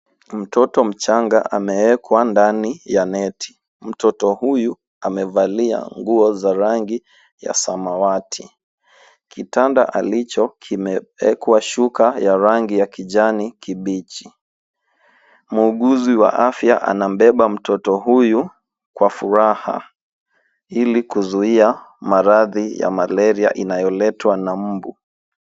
Mtoto mchanga amewekwa ndani ya neti. Mtoto huyu amevalia nguo za rangi ya samawati. Kitanda alicho kimewekwa shuka ya rangi ya kijani kibichi. Muuguzi wa afya anambeba mtoto huyu kwa furaha ili kuzuia maradhi ya malaria inayoletwa na mbu.